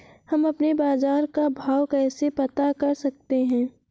हम अपने बाजार का भाव कैसे पता कर सकते है?